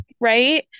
Right